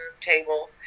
table